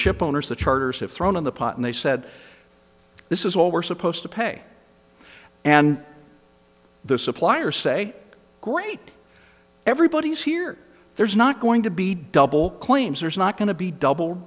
shipowners the chargers have thrown in the pot and they said this is what we're supposed to pay and the suppliers say great everybody's here there's not going to be double claims there's not going to be double